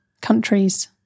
countries